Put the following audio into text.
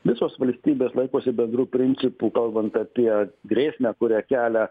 visos valstybės laikosi bendrų principų kalbant apie grėsmę kurią kelia